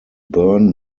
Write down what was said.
burn